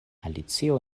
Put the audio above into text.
alicio